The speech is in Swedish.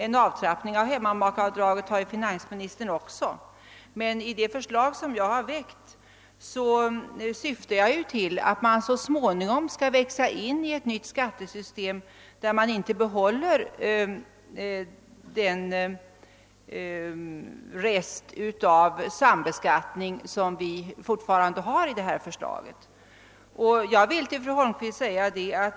En avtrappning av hemmamakeavdraget har också finansministern föreslagit, men i det förslag vi väckt syftar vi till att man så småningom skall växa in i ett nytt skattesystem, i vilket man inte bibehåller den rest av sambeskattning som vi kommer att få med det föreliggande skatteförslaget.